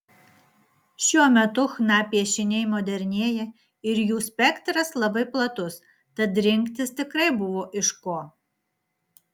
šiuo metu chna piešiniai modernėja ir jų spektras labai platus tad rinktis tikrai buvo iš ko